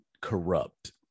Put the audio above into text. corrupt